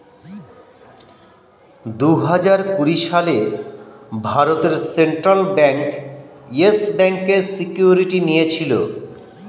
দুহাজার কুড়ি সালে ভারতের সেন্ট্রাল ব্যাঙ্ক ইয়েস ব্যাঙ্কের সিকিউরিটি নিয়েছিল